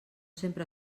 sempre